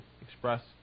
express